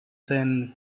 then